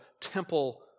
temple